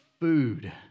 food